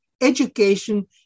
education